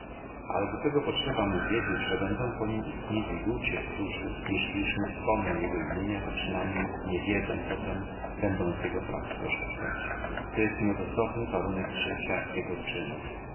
ale do tego potrzeba mu wiedzieć że będą po nim istnieli ludzie którzy jeśli już nie wspomną jego imienia to przynajmniej nie wiedząc o tem będą z jego pracy korzystać to jest nieodzowny warunek życia jego czynów